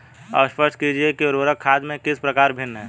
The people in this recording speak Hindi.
स्पष्ट कीजिए कि उर्वरक खाद से किस प्रकार भिन्न है?